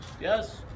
Yes